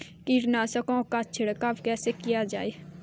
कीटनाशकों पर छिड़काव कैसे किया जाए?